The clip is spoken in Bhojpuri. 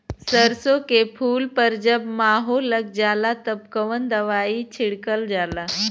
सरसो के फूल पर जब माहो लग जाला तब कवन दवाई छिड़कल जाला?